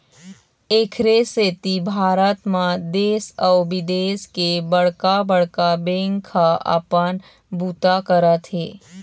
एखरे सेती भारत म देश अउ बिदेश के बड़का बड़का बेंक ह अपन बूता करत हे